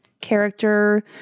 character